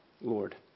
Lord